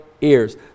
ears